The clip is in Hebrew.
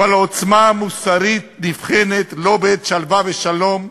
אבל העוצמה המוסרית נבחנת לא בעת שלווה ושלום,